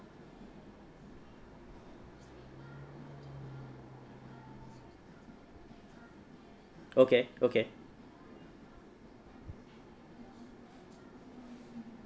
okay okay